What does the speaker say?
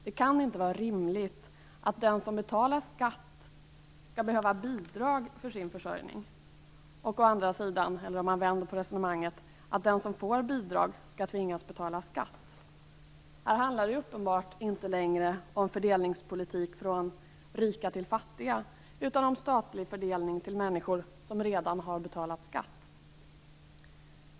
Det kan inte vara rimligt att den som betalar skatt skall behöva ha bidrag för sin försörjning eller, om man vänder på resonemanget, att den som får bidrag skall tvingas betala skatt. Här handlar det uppenbarligen inte längre om fördelningspolitik från rika till fattiga, utan om statlig fördelning till människor som redan har betalat skatt.